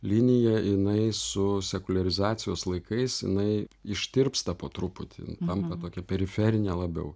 linija jinai su sekuliarizacijos laikais jinai ištirpsta po truputį tampa tokia periferine labiau